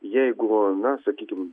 jeigu na sakykim